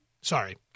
Sorry